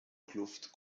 kluft